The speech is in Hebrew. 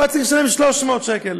הוא היה צריך לשלם 300 שקל.